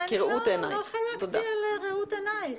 אני לא חלקתי על ראות עינייך.